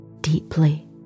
deeply